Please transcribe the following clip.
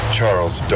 Charles